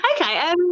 Okay